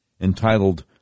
entitled